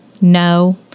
No